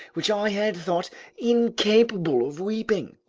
which i had thought incapable of weeping.